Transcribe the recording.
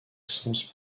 sens